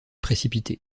précipité